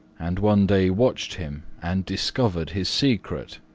and one day watched him and discovered his secret.